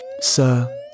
Sir